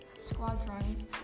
squadrons